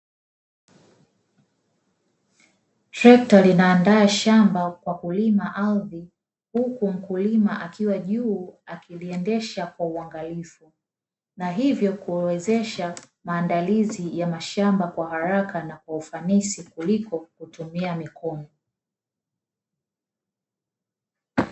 Trekta linaandaa shamba kwa kulima ardhi, huku mkulima akiwa juu akiliendesha kwa uangalifu, na hivyo kuwezesha maandalizi ya mashamba kwa haraka na kwa ufanisi kuliko kutumia mikono.